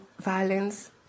violence